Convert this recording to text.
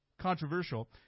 controversial